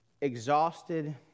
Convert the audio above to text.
exhausted